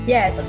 Yes